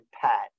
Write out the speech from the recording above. Pat